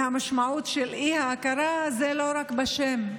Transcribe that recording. והמשמעות של האי-הכרה היא לא רק בשם,